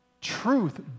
truth